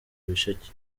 ibisheke